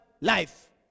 life